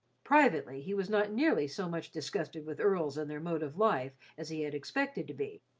privately he was not nearly so much disgusted with earls and their mode of life as he had expected to be,